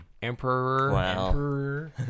Emperor